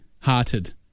hearted